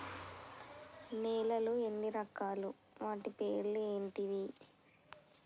నేలలు ఎన్ని రకాలు? వాటి పేర్లు ఏంటివి?